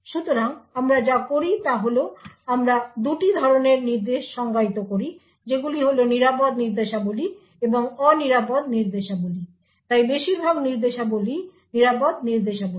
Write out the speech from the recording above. সুতরাং আমরা যা করি তা হল আমরা দুটি ধরণের নির্দেশ সংজ্ঞায়িত করি যেগুলি হল নিরাপদ নির্দেশাবলী এবং অনিরাপদ নির্দেশাবলী তাই বেশিরভাগ নির্দেশাবলীই নিরাপদ নির্দেশাবলী